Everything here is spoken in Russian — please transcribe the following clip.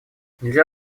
нельзя